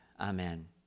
Amen